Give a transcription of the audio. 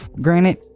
granted